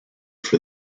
for